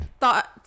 thought